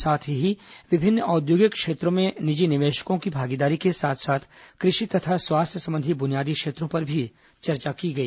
साथ ही विभिन्न औद्योगिक क्षेत्रों में निजी निवेशकों की भागीदारी के साथ साथ कृषि तथा स्वास्थ्य संबंधी बुनियादी क्षेत्रों पर भी चर्चा की गई